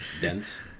dense